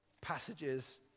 passages